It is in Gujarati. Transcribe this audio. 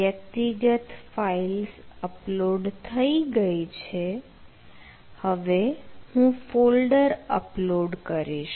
વ્યક્તિગત ફાઈલ્સ અપલોડ થઈ ગઈ છે હવે હું ફોલ્ડર અપલોડ કરીશ